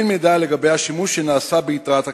אין מידע לגבי השימוש שנעשה ביתרת הכסף.